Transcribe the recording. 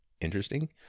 interesting